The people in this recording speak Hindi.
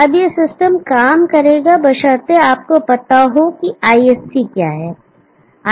अब यह सिस्टम काम करेगा बशर्ते आपको पता हो कि ISC क्या है